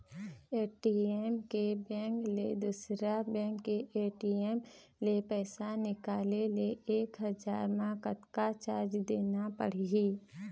ATM के bank ले दुसर बैंक के ए.टी.एम ले पैसा निकाले ले एक हजार मा कतक चार्ज देना पड़ही?